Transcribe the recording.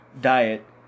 diet